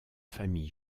famille